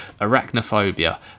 Arachnophobia